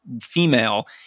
female